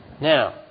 Now